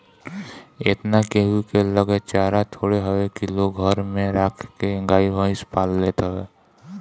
एतना केहू के लगे चारा थोड़े हवे की लोग घरे में राख के गाई भईस पाल लेत हवे